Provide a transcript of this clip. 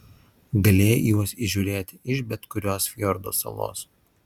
galėjai juos įžiūrėti iš bet kurios fjordo salos